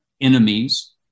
enemies